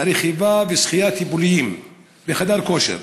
לרכיבה ושחייה טיפוליים ולחדר כושר.